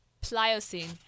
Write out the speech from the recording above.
Pliocene